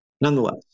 Nonetheless